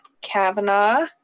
Kavanaugh